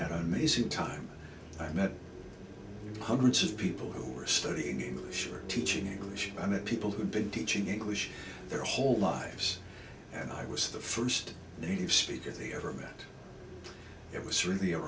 had an amazing time i met hundreds of people who were studying english teaching english and it people who'd been teaching english their whole lives and i was the first native speaker they ever met it was really a